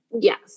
Yes